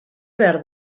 behar